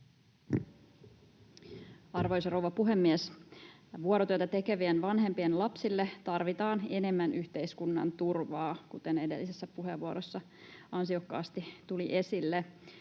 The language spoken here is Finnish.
Arvoisa rouva puhemies! Vuorotyötä tekevien vanhempien lapsille tarvitaan enemmän yhteiskunnan turvaa, kuten edellisessä puheenvuorossa ansiokkaasti tuli esille.